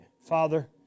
Father